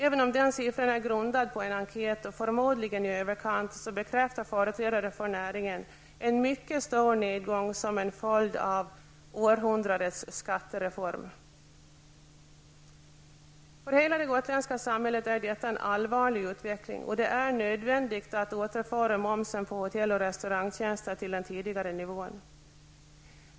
Även om denna siffra är grundad på en enkät och förmodligen i överkant bekräftar företrädare för näringen en mycket stor nedgång som en följd av århundradets skattereform. Detta är en mycket allvarlig utveckling för hela det gotländska samhället, och det är nödvändigt att återföra momsen på hotell och restaurangtjänster till den tidigare nivån.